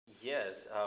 Yes